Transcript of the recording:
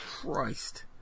Christ